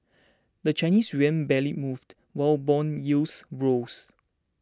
the Chinese yuan barely moved while bond yields rose